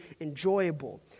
enjoyable